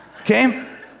Okay